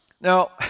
Now